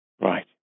Right